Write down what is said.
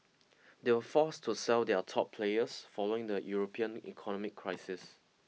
they were forced to sell their top players following the European economic crisis